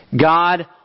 God